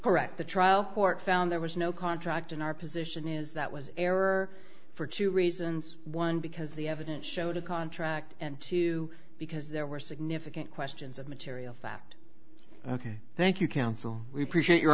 correct the trial court found there was no contract in our position is that was error for two reasons one because the evidence showed a contract and two because there were significant questions of material fact ok thank you counsel